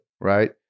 right